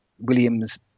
williams